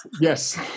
Yes